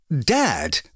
Dad